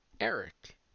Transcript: Eric